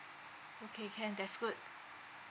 okay can that's good